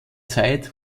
zeit